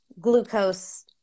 glucose